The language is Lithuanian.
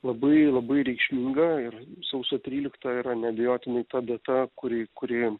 labai labai reikšminga ir sausio trylikta yra neabejotinai ta data kuri kuri